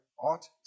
ought